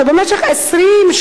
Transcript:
שבמשך 20,